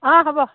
অঁ হ'ব